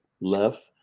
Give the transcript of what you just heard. left